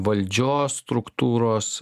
valdžios struktūros